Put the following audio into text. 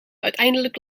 uiteindelijk